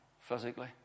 physically